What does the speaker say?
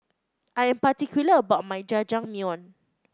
I'm particular about my Jajangmyeon